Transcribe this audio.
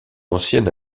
ancienne